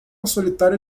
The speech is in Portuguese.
solitária